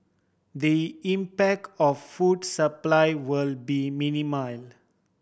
the impact of food supply will be minimal